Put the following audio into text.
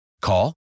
Call